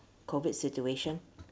COVID situation